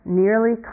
nearly